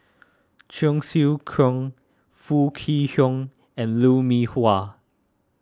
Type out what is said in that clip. Cheong Siew Keong Foo Kwee Horng and Lou Mee Wah